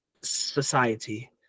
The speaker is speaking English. society